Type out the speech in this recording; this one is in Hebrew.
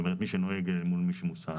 זאת אומרת מי שנוהג מול מי שמוסע,